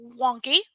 wonky